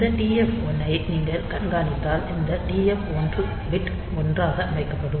இந்த TF1 ஐ நீங்கள் கண்காணித்தால் இந்த TF1 பிட் 1 ஆக அமைக்கப்படும்